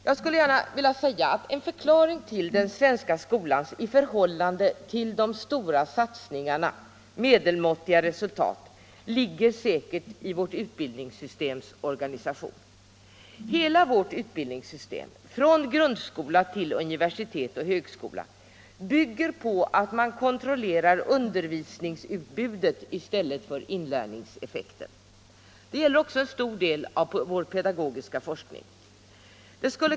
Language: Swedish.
Jag skulle gärna vilja säga att en förklaring till den svenska skolans, i förhållande till de stora satsningarna, medelmåttiga resultat är säkert vårt utbildningssystems organisation. Hela vårt utbildningssystem, från grundskola till universitet och högskola, bygger på att man kontrollerar undervisningsutbudet i stället för inlärningseffekten. Det gäller också en stor del av vår pedagogiska forskning.